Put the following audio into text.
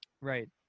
Right